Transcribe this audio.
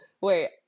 Wait